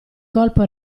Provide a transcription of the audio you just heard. colpo